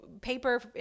paper